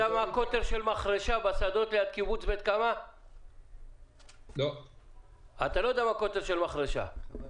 הזמן של הרישיון הוא זמן שלא משתנה זה רישיון ל-25 שנה,